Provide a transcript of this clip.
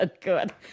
good